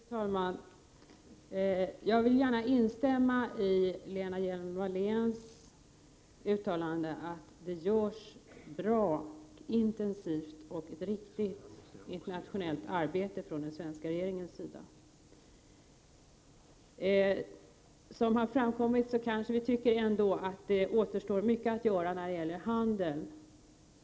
Fru talman! Jag vill gärna instämma i Lena Hjelm-Walléns uttalande att det görs ett bra, intensivt och riktigt internationellt arbete från den svenska regeringens sida. Som har framkommit tycker vi kanske ändå att mycket återstår att göra när det gäller handeln.